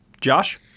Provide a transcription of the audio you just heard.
Josh